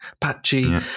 patchy